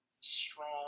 strong